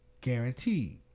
guaranteed